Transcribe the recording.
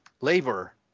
labor